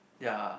ya